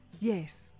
yes